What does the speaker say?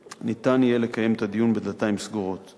ניתן יהיה לקיים את הדיון בדלתיים סגורות.